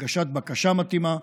בהגשת בקשה מתאימה,